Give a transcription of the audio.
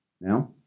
Now